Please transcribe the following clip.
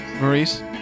Maurice